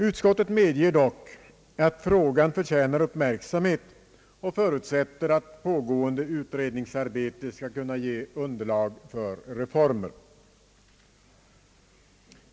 Utskottet medger dock, att frågan förtjänar uppmärksamhet, och förutsätter att pågående utredningsarbete skall kunna ge underlag för reformer.